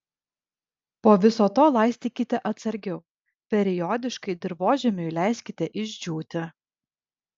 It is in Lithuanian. po viso to laistykite atsargiau periodiškai dirvožemiui leiskite išdžiūti